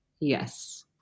yes